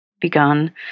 begun